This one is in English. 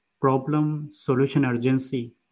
problem-solution-urgency